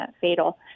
fatal